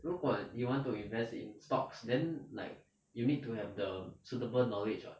如果 you want to invest in stocks then like you need to have the suitable knowledge ah